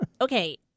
okay